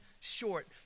short